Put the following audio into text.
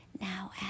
Now